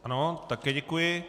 Ano, také děkuji.